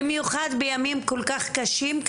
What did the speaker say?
במיוחד בימים כל כך קשים,